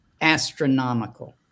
astronomical